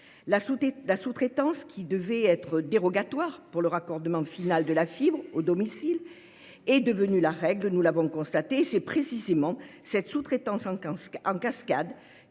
La sous-traitance, qui devait être dérogatoire pour le raccordement final de la fibre au domicile, est devenue la règle, nous l'avons constaté. Or c'est précisément cette sous-traitance en cascade